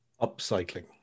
upcycling